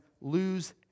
lose